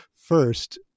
First